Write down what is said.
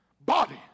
body